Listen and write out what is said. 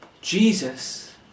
Jesus